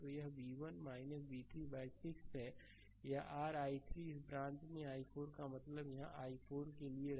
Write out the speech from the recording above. तो यह v1 v3 by 6 है यह है r i3 इस ब्रांच में i4 का मतलब यहाँ i4 के लिए है